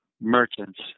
merchants